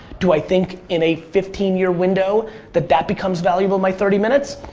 do i think in a fifteen year window that that becomes valuable, my thirty minutes?